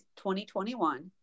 2021